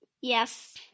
Yes